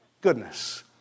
goodness